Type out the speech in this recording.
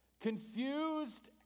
Confused